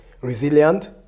resilient